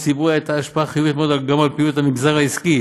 להפחתת החוב הציבורי הייתה השפעה חיובית מאוד גם על פעילות המגזר העסקי,